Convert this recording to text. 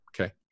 okay